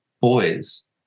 boys